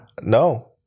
no